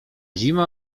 zimą